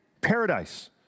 paradise